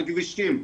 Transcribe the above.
על כבישים,